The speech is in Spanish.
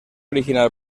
original